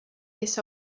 this